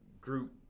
group